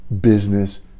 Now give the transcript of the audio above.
business